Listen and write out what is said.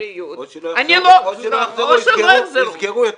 או שלא יחזרו.